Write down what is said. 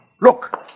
Look